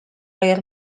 rare